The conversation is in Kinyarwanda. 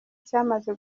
cyamaze